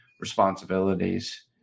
responsibilities